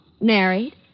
Married